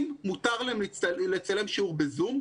אם מותר להם לצלם שיעור בזום,